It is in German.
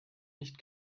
nicht